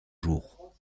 jours